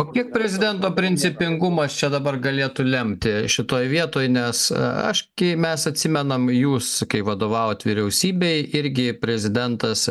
o kiek prezidento principingumas čia dabar galėtų lemti šitoj vietoj nes aš kai mes atsimenam jūs vadovavot vyriausybei irgi prezidentas